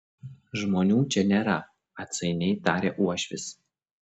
žmonių čia nėra atsainiai tarė uošvis